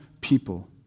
people